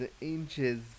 inches